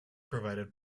provided